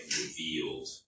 revealed